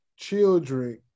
children